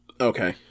Okay